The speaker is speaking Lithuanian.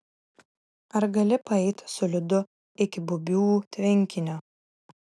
ar gali paeit su liudu iki bubių tvenkinio